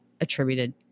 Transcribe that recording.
attributed